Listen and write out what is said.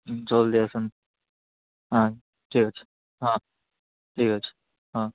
ଜଲ୍ଦି ଆସନ୍ତୁ ହଁ ଠିକ୍ ଅଛି ହଁ ଠିକ୍ ଅଛି ହଁ